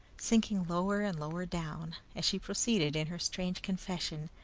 sinking lower and lower down, as she proceeded in her strange confession,